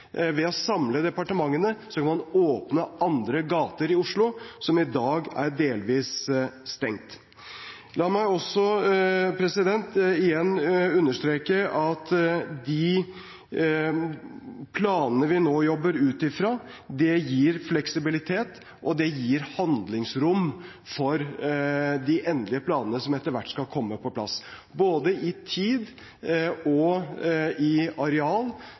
Ved å samle departementene kan man åpne andre gater i Oslo som i dag er delvis stengt. La meg igjen understreke at de planene vi nå jobber ut fra, gir fleksibilitet og handlingsrom for de endelige planene som etter hvert skal komme på plass. Både i tid og i areal